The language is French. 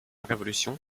révolution